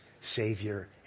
Savior